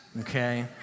okay